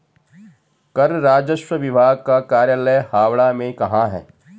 कर राजस्व विभाग का कार्यालय हावड़ा में कहाँ है?